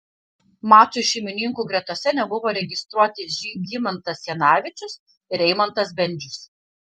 mačui šeimininkų gretose nebuvo registruoti žygimantas janavičius ir eimantas bendžius